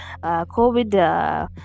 Covid